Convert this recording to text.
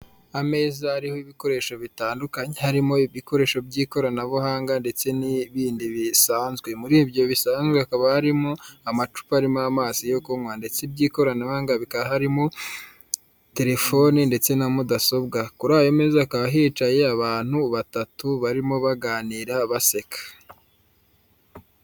Ameza ariho ibikoresho bitandukanye, harimo ibikoresho by'ikoranabuhanga ndetse n'ibindi bisanzwe, muribyo bisanzwe hakaba harimo amacupa aririmo amazi yo kunywa ndetse by'ikoranabuhanga bikaba harimo telefoni ndetse na mudasobwa, kuri ayo mezi hakaba hicaye abantu batatu barimo baganira baseka.